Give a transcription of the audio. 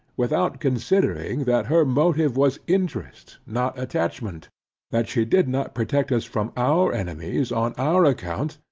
without considering, that her motive was interest not attachment that she did not protect us from our enemies on our account,